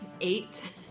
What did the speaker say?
Eight